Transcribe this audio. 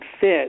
fit